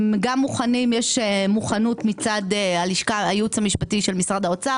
יש מוכנות מצד הייעוץ המשפטי של משרד האוצר